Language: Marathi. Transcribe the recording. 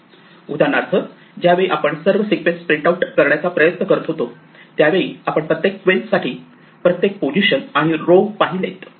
उदाहरणार्थ ज्यावेळी आपण सर्व क्विन्स प्रिंटआऊट करण्याचा प्रयत्न करत होतो त्यावेळी आपण प्रत्येक क्विन्स साठी प्रत्येक पोझिशन आणि रो पाहिले